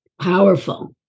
powerful